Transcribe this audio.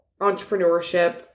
entrepreneurship